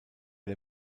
der